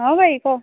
ହଁ ଭାଇ କହ